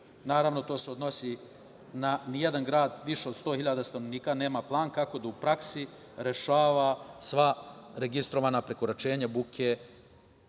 Naravno, to se odnosi na to da nijedan grad više od 100.000 stanovnika nema plan kako da u praksi rešava sva registrovana prekoračenja buke